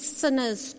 sinners